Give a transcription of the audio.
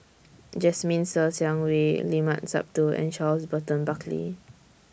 Jasmine Ser Xiang Wei Limat Sabtu and Charles Burton Buckley